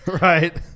Right